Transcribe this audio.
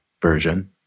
version